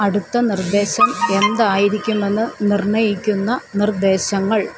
അടുത്ത നിർദ്ദേശം എന്തായിരിക്കുമെന്ന് നിർണ്ണയിക്കുന്ന നിർദ്ദേശങ്ങൾ